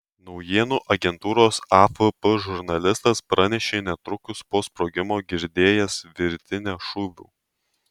naujienų agentūros afp žurnalistas pranešė netrukus po sprogimo girdėjęs virtinę šūvių